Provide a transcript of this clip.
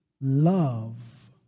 love